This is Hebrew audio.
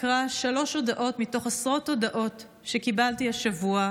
אקרא שלוש הודעות מתוך עשרות הודעות שקיבלתי השבוע,